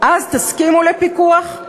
אז תסכימו לפיקוח?